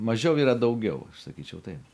mažiau yra daugiau aš sakyčiau taip